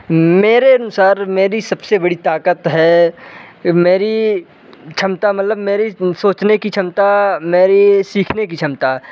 मेरे अनुसार मेरी सबसे बड़ी ताकत है मेरी क्षमता मतलब मेरी सोचने की क्षमता मेरी सीखने की क्षमता